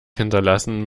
hinterlassen